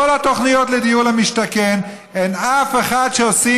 בכל התוכניות לדיור למשתכן אין אף אחת שבה